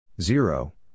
Zero